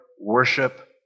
worship